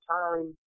time